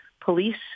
police